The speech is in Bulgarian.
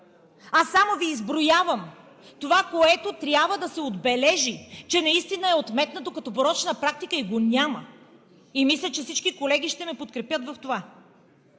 Аз само Ви изброявам това, което трябва да се отбележи, че наистина е отметнато като порочна практика и го няма и мисля, че всички колеги ще ме подкрепят в това.